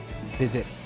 Visit